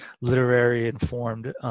literary-informed